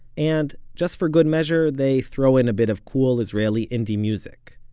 and just for good measure they throw in a bit of cool israeli indie music.